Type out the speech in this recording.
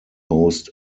host